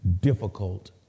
difficult